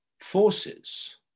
forces